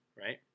right